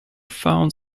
found